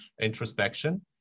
introspection